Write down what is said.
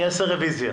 אני אעשה רוויזיה